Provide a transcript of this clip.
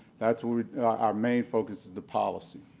that's our main focus is, the policy.